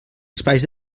espais